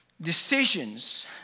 decisions